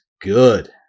good